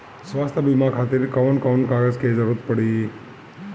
स्वास्थ्य बीमा खातिर कवन कवन कागज के जरुरत पड़ी?